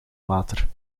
water